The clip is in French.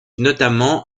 notamment